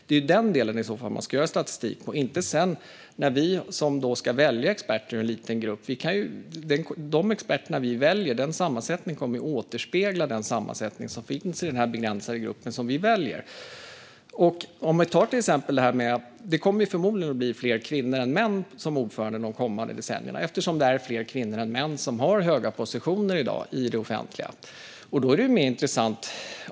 Det är ju i så fall den delen man ska göra statistik över. När vi sedan ska välja experter ur en liten grupp kommer de experter vi väljer och kommitténs sammansättning att återspegla sammansättningen i den begränsade grupp som vi väljer ur. Det kommer förmodligen att bli fler kvinnor än män som ordförande de kommande decennierna eftersom fler kvinnor än män har höga positioner i det offentliga i dag.